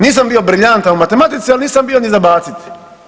Nisam bio briljantan u matematici, ali nisam bio ni za baciti.